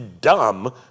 dumb